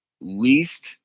least